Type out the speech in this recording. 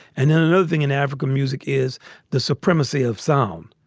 and then another thing in african music is the supremacy of sound,